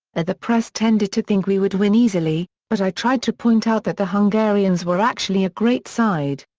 ah the press tended to think we would win easily, but i tried to point out that the hungarians were actually a great side.